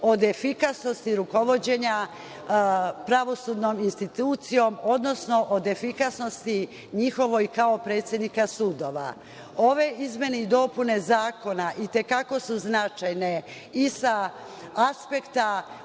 od efikasnosti rukovođenja pravosudnom institucijom, odnosno od efikasnosti njihovoj kao predsednika sudova. Ove izmene dopune i dopune Zakona, itekako su značajne i sa aspekta